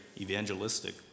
evangelistic